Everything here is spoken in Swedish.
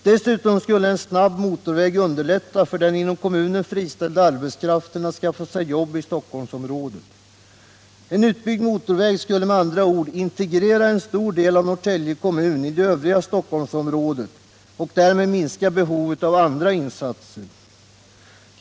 Dessutom skulle en snabb motorväg underlätta för den inom kommunen friställda arbetskraften att skaffa sig arbete i Stockholmsområdet. En utbyggd motorväg skulle med andra ord integrera en stor del av Norrtälje kommun i det övriga Stockholmsområdet och därmed minska behovet av andra insatser.